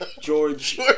George